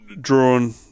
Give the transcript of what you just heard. drawn